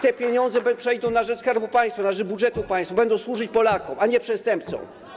Te pieniądze przejdą na rzecz Skarbu Państwa, na rzecz budżetu państwa, będą służyć Polakom, a nie przestępcom.